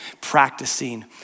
practicing